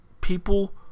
people